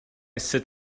sit